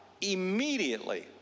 immediately